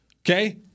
Okay